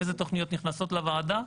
אילו תוכניות נכנסות לוועדה.